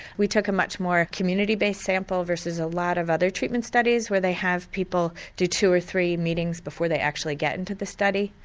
we took a much more community-based sample versus a lot of other treatment studies where they have people do two or three meetings before they actually get in to the study.